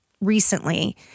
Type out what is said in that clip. recently